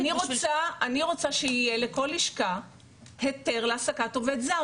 אני רוצה שיהיה לכל לשכה היתר להעסקת עובד זר,